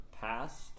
past